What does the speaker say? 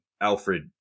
Alfred